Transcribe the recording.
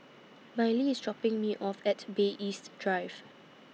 Miley IS dropping Me off At Bay East Drive